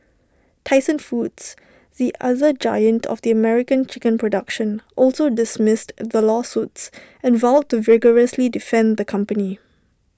Tyson foods the other giant of the American chicken production also dismissed the lawsuits and vowed to vigorously defend the company